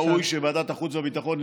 ראוי שוועדת החוץ והביטחון,